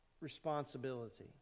responsibility